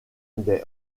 des